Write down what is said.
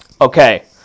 Okay